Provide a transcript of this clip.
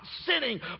sinning